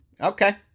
Okay